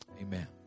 Amen